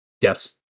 Yes